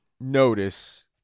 notice